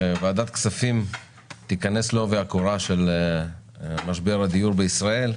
ועדת הכספים תיכנס לעובי הקורה של משבר הדיור בישראל.